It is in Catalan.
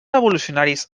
revolucionaris